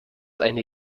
eine